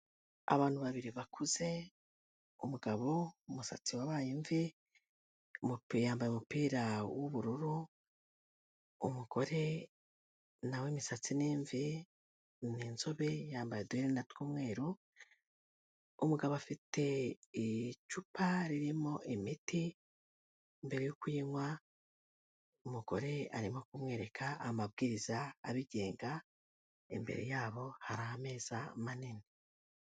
Abantu babiri bakuze: umugabo, umusatsi wabaye imvi, yambaye umupira w'ubururu, umugore na we, umusatsi ni imvi, ni inzobe, yambaye uduherena tw'umweru. Umugabo afite icupa ririmo imiti, mbere yo kuyinywa, umugore arimo kumwereka amabwiriza abigenga. Imbere yabo, hari ameza manini.